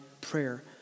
prayer